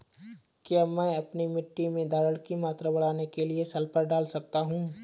क्या मैं अपनी मिट्टी में धारण की मात्रा बढ़ाने के लिए सल्फर डाल सकता हूँ?